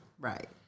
Right